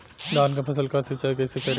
धान के फसल का सिंचाई कैसे करे?